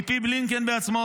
מפי בלינקן בעצמו,